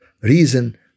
reason